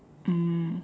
um